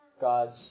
God's